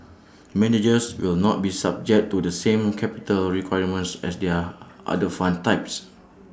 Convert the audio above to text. managers will not be subject to the same capital requirements as their other fund types